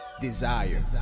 desire